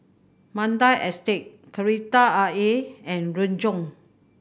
Mandai Estate Kreta Ayer and Renjong